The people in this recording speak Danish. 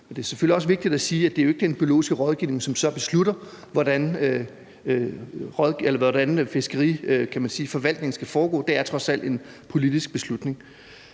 Det er selvfølgelig også vigtigt at sige, at det jo ikke er den biologiske rådgivning, som så beslutter, hvordan fiskeriforvaltningen skal foregå; det er trods alt en politisk beslutning.